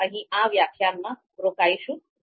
આપણે અહીં આ વ્યાખ્યાનમાં રોકાઈશું